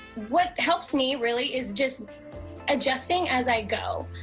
what helped me really is just adjusting as i go.